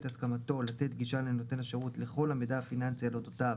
הסכמתו לתת גישה לנותן השירות לכל המידע הפיננסי על אודותיו